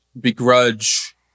begrudge